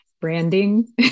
branding